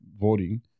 voting